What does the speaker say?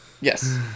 Yes